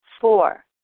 Four